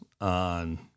on